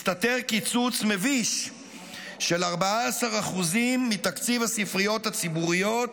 מסתתר קיצוץ מביש של 14% מתקציב הספריות הציבוריות